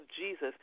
Jesus